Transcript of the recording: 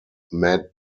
mad